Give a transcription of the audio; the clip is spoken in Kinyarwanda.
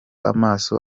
amaso